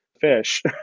fish